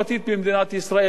בראשות שר המשפטים,